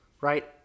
Right